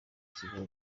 kibeho